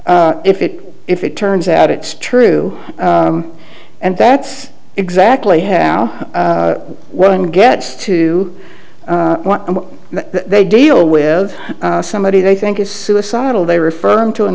if it if it turns out it's true and that's exactly how no one gets to they deal with somebody they think is suicidal they refer him to an